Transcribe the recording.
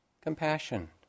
compassion